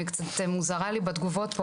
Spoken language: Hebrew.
היא קצת מוזרה לי פה בתגובות.